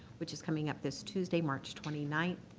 which is coming up this tuesday, march twenty ninth.